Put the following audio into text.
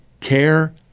care